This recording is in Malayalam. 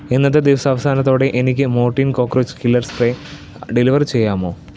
ഇന്നത്തെ ദിവസാവസാനത്തോടെ എനിക്ക് Mortein cockroach killer spray deliver ചെയ്യാമോ